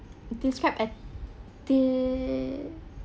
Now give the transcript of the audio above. describe a the~